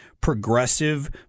progressive